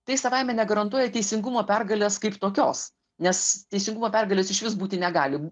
tai savaime negarantuoja teisingumo pergalės kaip tokios nes teisingumo pergalės išvis būti negali